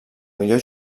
millor